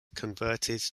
converted